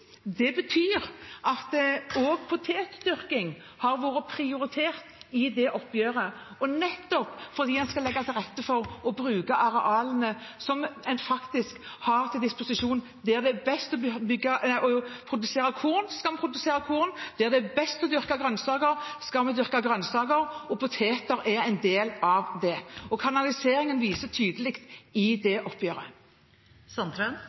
Det betyr også at potetdyrking har vært prioritert i det oppgjøret, nettopp fordi en skal legge til rette for å bruke arealene en har til disposisjon: Der det er best å produsere korn, skal vi produsere korn. Der det er best å dyrke grønnsaker, skal vi dyrke grønnsaker, og poteter er en del av det. Kanaliseringen er tydelig i